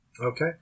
Okay